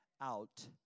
out